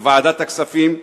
לוועדת הכספים,